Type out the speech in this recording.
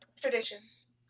traditions